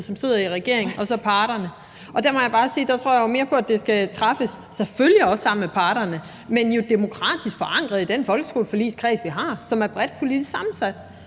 som sidder i regering, og så parterne. Der må jeg bare sige, at jeg mere tror på, at det skal træffes selvfølgelig sammen med parterne, men jo også demokratisk forankret i den folkeskoleforligskreds, vi har, og som er bredt politisk sammensat,